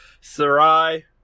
Sarai